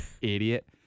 Idiot